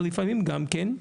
אבל לפעמים גם כן,